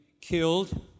killed